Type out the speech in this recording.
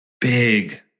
big